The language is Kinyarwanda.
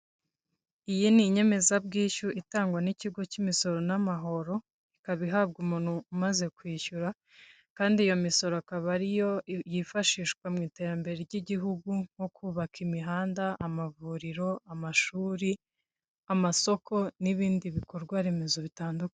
Inyemezabwishyu itangwa n'ikigo cy'imisoro n'amahoro, ikaba ihabwa umuntu umaze kwishyura, kandi iyo misoro akaba ariyo yifashishwa mu iterambere ry'igihugu, nko kubaka imihanda, amavuriro, amashuri, amasoko, n'ibindi bikorwaremezo bitandukanye.